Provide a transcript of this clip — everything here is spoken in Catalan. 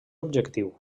objectiu